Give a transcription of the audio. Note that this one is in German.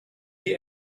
die